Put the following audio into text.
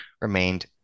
remained